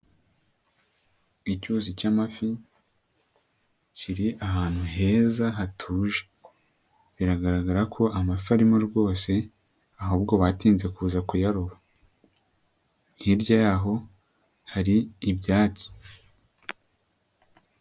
Icyuzi cy'amafi kiri ahantu heza hatuje, biragaragara ko amafi arimo rwose ahubwo batinze kuza kuyaroba, hirya yaho hari ibyatsi.